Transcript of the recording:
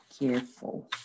careful